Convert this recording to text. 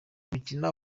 gukina